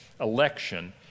election